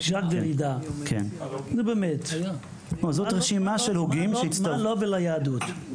נו, באמת, מה לו וליהדות?